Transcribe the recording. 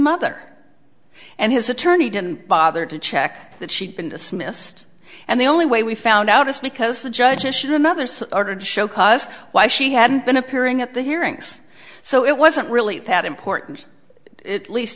mother and his attorney didn't bother to check that she'd been dismissed and the only way we found out is because the judge issued another such order to show cause why she hadn't been appearing at the hearings so it wasn't really that important it least